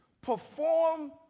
perform